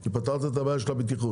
כי פתרתם את הבעיה של הבטיחות.